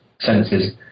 sentences